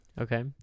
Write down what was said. Okay